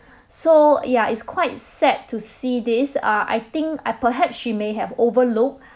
so ya it's quite sad to see this uh I think uh perhaps she may have overlooked